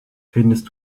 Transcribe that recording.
findest